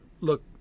look